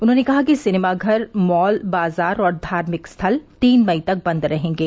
उन्होंने कहा कि सिनेमाघर मॉल बाजार और धार्मिक स्थल तीन मई तक बंद रहेंगे